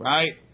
Right